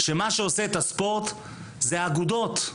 שמה שעושה את הספורט זה האגודות,